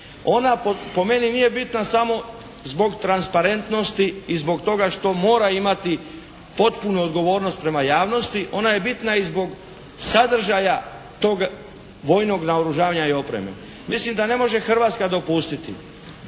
Ona po meni nije bitna samo zbog transparentnosti i zbog toga što mora imati potpunu odgovornost prema javnosti, ona je bitna i zbog sadržaja tog vojnog naoružanja i opreme. Mislim da ne može Hrvatska dopustiti